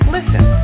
Listen